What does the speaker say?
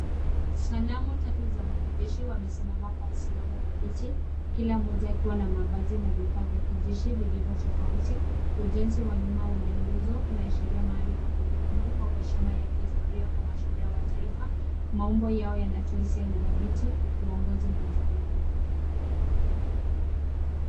Sanamu tatu za wanajeshi wamesimama kwa msimamo dhabiti kila mmoja akiwa na mavazi na vifaa vya kijeshi vilivyo tofauti. Ujenze wa nyuma wenye nguzo unaashiria mahali pa kumbukumbu au heshima ya kihistoria kwa mashujaa wa taifa. Maumbo yao yanatoa hisi za udhabiti, uongozi na uzalendo.